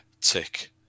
tick